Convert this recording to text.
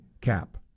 cap